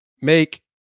make